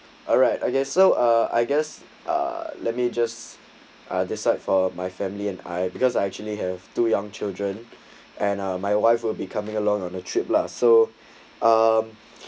alright okay so uh I guess uh let me just uh decide for my family and I because I actually have to young children and uh my wife will becoming along on a trip lah so um